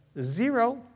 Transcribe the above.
Zero